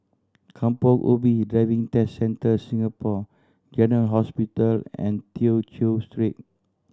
Kampong Ubi Driving Test Centre Singapore General Hospital and Tew Chew Street